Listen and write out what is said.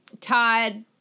Todd